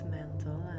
mental